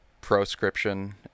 proscription